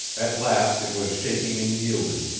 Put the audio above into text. at last it was shaking and yielding,